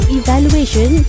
evaluation